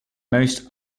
most